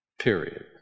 period